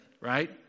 right